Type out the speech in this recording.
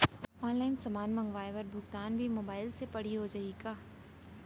Online समान मंगवाय बर भुगतान भी मोबाइल से पड़ही हो जाही का?